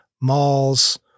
malls